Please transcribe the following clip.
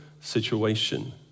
situation